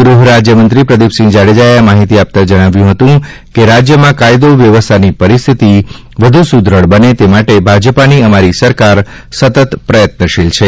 ગ્રહ રાજયમંત્રી પ્રદિપસિંહ જાડેજાએ આ માહિતી આપતા જણાવ્યું હતું કે રાજયમાં કાયદો વ્યવસ્થાની પરિસ્થિતિ વધુ સુદેઢ બને તે માટે ભાજપાની અમારી સરકાર સતત પ્રયત્નશીલ છે